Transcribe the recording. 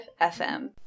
FM